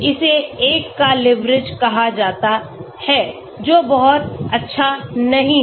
इसे 1 का लिवरेज कहा जाता है जो बहुत अच्छा नहीं है